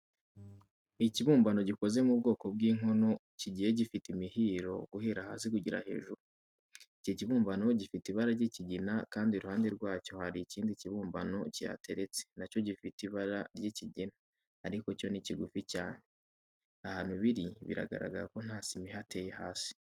Ikibumbano gikoze mu bwoko bw'inkono kigiye gifite imihiro guhera hasi kugeza hejuru. Iki kibumbano gifite ibara ry'ikigina kandi iruhande rwacyo hari ikindi kibumbano kihateretse na cyo gifite ibara ry'ikigina ariko cyo ni kigufi cyane. Ahantu biri biragaragara ko nta sima ihateye hasi.